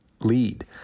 lead